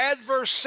adverse